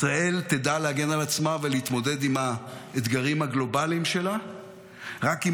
ישראל תדע להגן על עצמה ולהתמודד עם האתגרים הגלובליים שלה רק אם